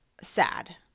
sad